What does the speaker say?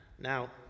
Now